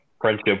friendship